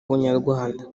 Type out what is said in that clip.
bunyarwanda